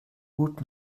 gut